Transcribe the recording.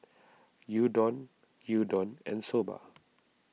Gyudon Gyudon and Soba